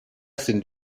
sind